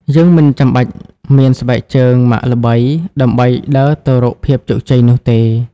យើងមិនចាំបាច់មាន "ស្បែកជើងម៉ាកល្បី" ដើម្បីដើរទៅរកភាពជោគជ័យនោះទេ។